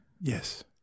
Yes